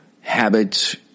habits